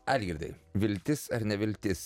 algirdai viltis ar neviltis